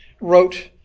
wrote